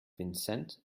vincent